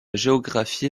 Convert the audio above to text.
géographie